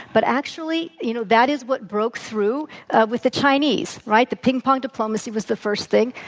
but actually, you know, that is what broke through ah with the chinese, right? the ping-ping diplomacy was the first thing.